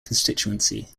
constituency